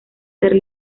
ser